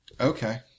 Okay